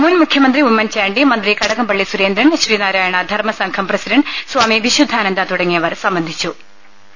മുൻ മുഖ്യമന്ത്രി ഉമ്മൻചാണ്ടി മന്ത്രി കടകംപള്ളി സുരേന്ദ്രൻ ശ്രീനാരായണ ധർമ്മ സംഘം പ്രസിഡണ്ട് സ്വാമി വിശുദ്ധാനന്ദ തുടങ്ങിയവർ സംബന്ധിച്ചു്